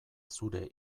zure